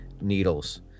needles